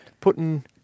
putting